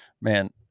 man